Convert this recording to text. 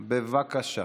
לרשותך, בבקשה.